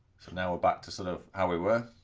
so now we're back to sort of how we were.